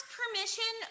permission